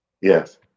Yes